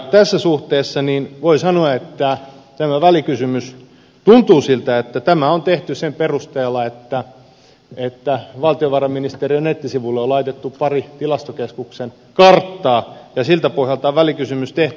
tässä suhteessa voi sanoa että tuntuu siltä että tämä välikysymys on tehty sen perusteella että valtiovarainministeriön nettisivuille on laitettu pari tilastokeskuksen karttaa siltä pohjalta on välikysymys tehty